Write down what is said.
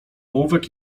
ołówek